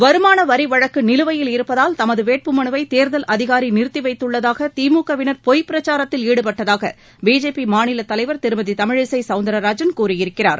வருமான வரி வழக்கு நிலுவையில் இருப்பதால் தமது வேட்புமனுவை தேர்தல் அதிகாரி நிறுத்தி வைத்துள்ளதாக திமுக வினர் பொய் பிரச்சாரத்தில் ஈடுபட்டதாக பிஜேபி மாநில தலைவர் திருமதி தமிழிசை சவுந்திரராஜன் கூறியிருக்கிறார்